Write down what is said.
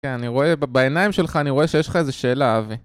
כן, אני רואה, בעיניים שלך אני רואה שיש לך איזה שאלה, אבי.